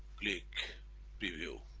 click preview